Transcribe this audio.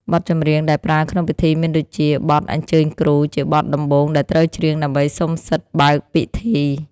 បទចម្រៀងដែលប្រើក្នុងពិធីមានដូចជា បទអញ្ជើញគ្រូ ជាបទដំបូងដែលត្រូវច្រៀងដើម្បីសុំសិទ្ធិបើកពិធី។